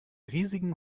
riesigen